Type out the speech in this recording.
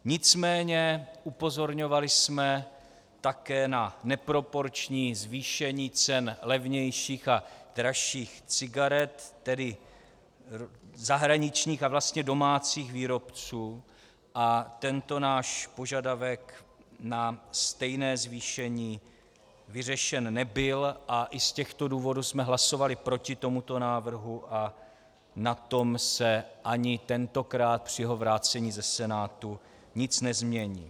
Nicméně upozorňovali jsme také na neproporční zvýšení cen levnějších a dražších cigaret, tedy zahraničních a vlastně domácích výrobců, a tento náš požadavek na stejné zvýšení vyřešen nebyl a i z těchto důvodů jsme hlasovali proti tomuto návrhu a na tom se ani tentokrát při jeho vrácení ze Senátu nic nezmění.